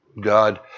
God